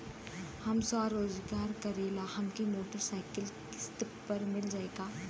हम स्वरोजगार करीला हमके मोटर साईकिल किस्त पर मिल जाई का?